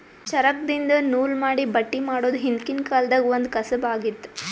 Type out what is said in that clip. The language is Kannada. ಚರಕ್ದಿನ್ದ ನೂಲ್ ಮಾಡಿ ಬಟ್ಟಿ ಮಾಡೋದ್ ಹಿಂದ್ಕಿನ ಕಾಲ್ದಗ್ ಒಂದ್ ಕಸಬ್ ಆಗಿತ್ತ್